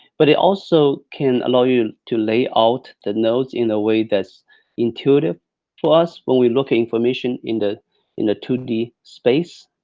but it also can allow you to lay out the nodes in a way that's intuitive for us, when we're look for information in the in the two d space.